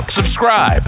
subscribe